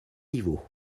niveaux